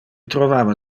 trovava